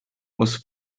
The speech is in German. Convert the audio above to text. muss